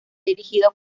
dirigido